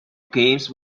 games